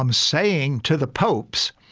um saying to the popes,